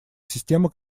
система